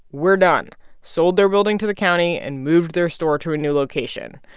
we're done sold their building to the county and moved their store to a new location.